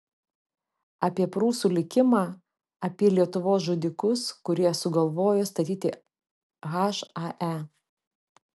apie prūsų likimą apie lietuvos žudikus kurie sugalvojo statyti hae